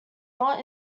not